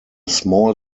small